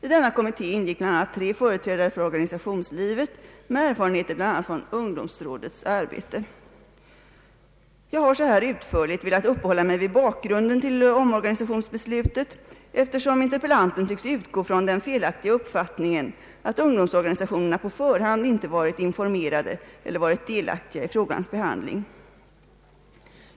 I denna kommitté ingick bl.a. tre företrädare för organisationslivet med erfarenheter bl.a. från ungdomsrådets arbete. Jag har så här utförligt velat uppehålla mig vid bakgrunden till omorganisationsbeslutet, eftersom interpellanten tycks utgå från den felaktiga uppfattningen att ungdomsorganisationerna på förhand inte varit informerade eller varit delaktiga i frågans behandling.